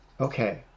okay